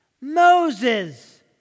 Moses